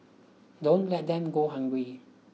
don't let them go hungry